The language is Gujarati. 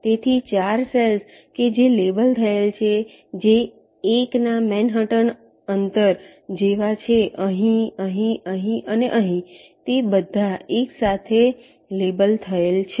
તેથી 4 સેલ્સ કે જે લેબલ થયેલ છે જે 1 ના મેનહટન અંતર જેવા છે અહીં અહીં અહીં અને અહીં તે બધા એક સાથે લેબલ થયેલ છે